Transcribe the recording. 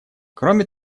кроме